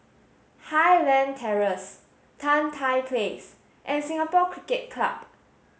Highland Terrace Tan Tye Place and Singapore Cricket Club